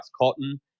cotton